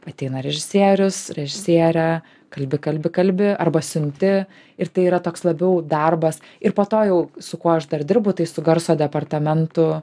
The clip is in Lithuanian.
ateina režisierius režisierė kalbi kalbi kalbi arba siunti ir tai yra toks labiau darbas ir po to jau su kuo aš dar dirbu tai su garso departamentu